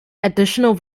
additional